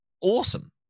awesome